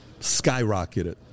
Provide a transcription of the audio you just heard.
skyrocketed